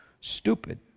Stupid